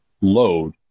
load